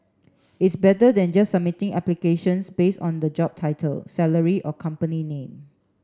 it's better than just submitting applications based on the job title salary or company name